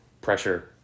pressure